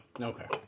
Okay